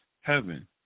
heaven